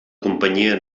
companyia